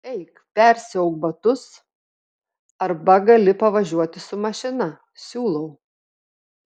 eik persiauk batus arba gali pavažiuoti su mašina siūlau